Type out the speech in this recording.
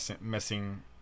missing